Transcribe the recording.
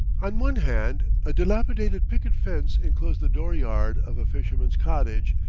on one hand a dilapidated picket-fence enclosed the door-yard of a fisherman's cottage,